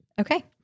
Okay